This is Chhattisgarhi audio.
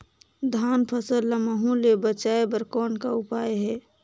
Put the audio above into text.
धान फसल ल महू ले बचाय बर कौन का उपाय हे?